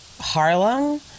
Harlem